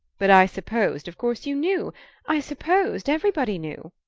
but i supposed of course you knew i supposed everybody knew.